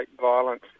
violence